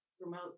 promote